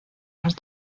las